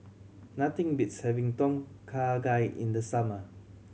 nothing beats having Tom Kha Gai in the summer